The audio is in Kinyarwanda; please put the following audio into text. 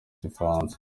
igifaransa